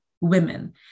women